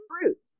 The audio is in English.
Fruit